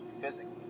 physically